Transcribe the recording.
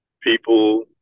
people